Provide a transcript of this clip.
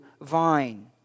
vine